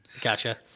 Gotcha